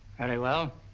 very well,